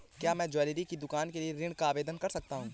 क्या मैं ज्वैलरी की दुकान के लिए ऋण का आवेदन कर सकता हूँ?